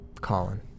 Colin